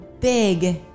big